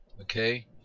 Okay